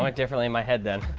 like differently in my head, then.